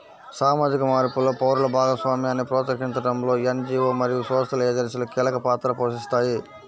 సామాజిక మార్పులో పౌరుల భాగస్వామ్యాన్ని ప్రోత్సహించడంలో ఎన్.జీ.వో మరియు సోషల్ ఏజెన్సీలు కీలక పాత్ర పోషిస్తాయి